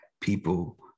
people